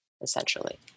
essentially